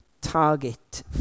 target